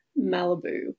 Malibu